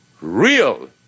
real